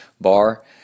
bar